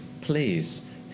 please